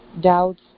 doubts